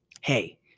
Hey